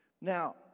now